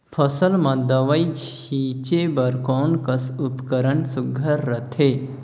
फसल म दव ई छीचे बर कोन कस उपकरण सुघ्घर रथे?